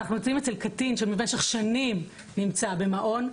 אנחנו נמצאים אצל קטין שבמשך שנים נמצא במעון,